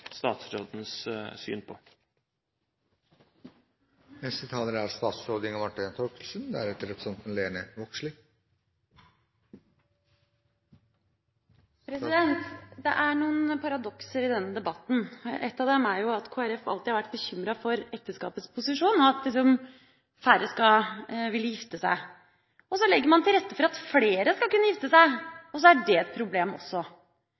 statsrådens syn på. Det er noen paradokser i denne debatten. Ett av dem er at Kristelig Folkeparti alltid har vært bekymret for ekteskapets posisjon og at færre vil gifte seg. Så legger man til rette for at flere skal kunne gifte seg, og så er det også et problem.